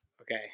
okay